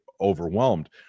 overwhelmed